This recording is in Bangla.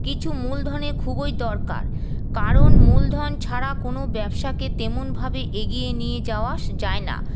কিছু মূলধনের খুবই দরকার কারণ মূলধন ছাড়া কোনও ব্যবসাকে তেমনভাবে এগিয়ে নিয়ে যাওয়া যায় না